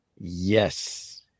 Yes